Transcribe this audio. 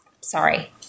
sorry